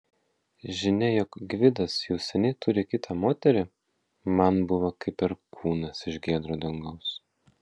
žinia jog gvidas jau seniai turi kitą moterį man buvo kaip perkūnas iš giedro dangaus